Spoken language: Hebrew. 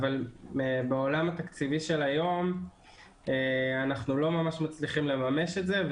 בעולם התקציבי של היום אנחנו לא ממש מצליחים לממש את זה.